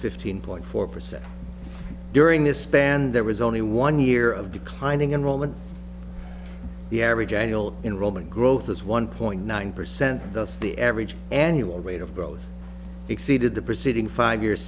fifteen point four percent during this span there was only one year of declining enrollment the average annual in roman growth is one point nine percent thus the average annual rate of growth exceeded the preceding five year